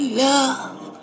love